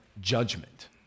judgment